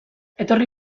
etorri